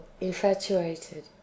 infatuated